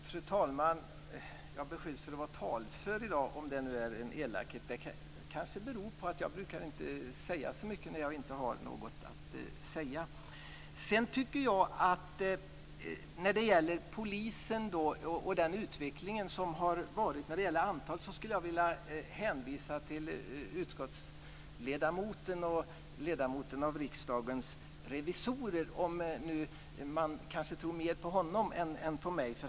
Fru talman! Jag beskylls för att vara talför i dag, om det nu är en elakhet. Det kanske beror på att jag inte brukar säga så mycket när jag inte har något att säga. När det gäller den utveckling i antal som har skett inom polisen skulle jag vilja hänvisa till utskottsledamoten och ledamoten av Riksdagens revisorer, om man nu tror mer på honom än på mig.